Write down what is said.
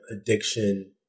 addiction